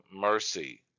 mercy